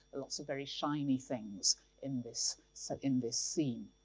lots of very shiny things in this so in this scene.